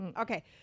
Okay